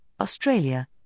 Australia